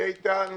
איתן